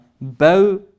Bow